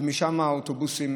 ומשם האוטובוסים